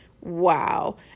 wow